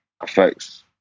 affects